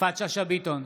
יפעת שאשא ביטון,